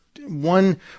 one